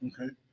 Okay